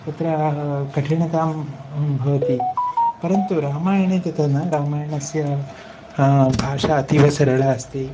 तत्र कठिनतां भवति परन्तु रामायणे तथा न रामायणस्य भाषा अतीव सरला अस्ति